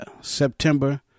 September